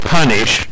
punish